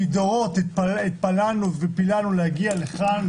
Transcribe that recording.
כי דורות התפללנו ופיללנו להגיע לכאן,